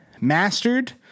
mastered